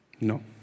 No